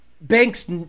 Banks